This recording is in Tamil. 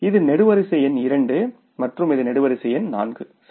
இது நெடுவரிசை எண் இரண்டு மற்றும் இது நெடுவரிசை எண் நான்கு சரி